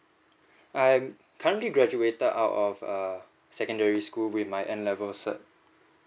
I'm currently graduated out of err secondary school with my N level cert